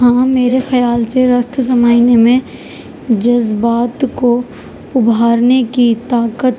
ہاں میرے خیال سے رکت جمانے میں جذبات کو ابھارنے کی طاقت